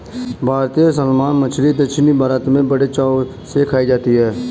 भारतीय सालमन मछली दक्षिण भारत में बड़े चाव से खाई जाती है